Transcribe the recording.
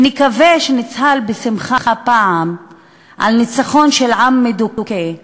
שנקווה שנצהל בשמחה פעם על ניצחון של עם מדוכא,